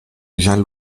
jean